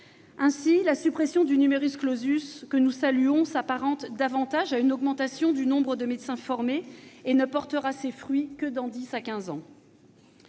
Ainsi, la suppression du, que nous saluons, s'apparente davantage à une augmentation du nombre de médecins formés et ne portera ses fruits que dans dix ou